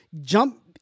jump